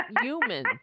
human